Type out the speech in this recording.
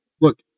look